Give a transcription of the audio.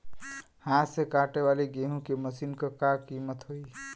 हाथ से कांटेवाली गेहूँ के मशीन क का कीमत होई?